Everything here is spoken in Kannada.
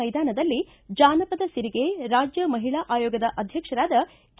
ಮೈದಾನದಲ್ಲಿ ಜಾನಪದ ಸಿರಿಗೆ ರಾಜ್ಯ ಮಹಿಳಾ ಆಯೋಗದ ಅಧ್ಯಕ್ಷರಾದ ಕೆ